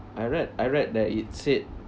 I read I read that it said